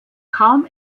kaum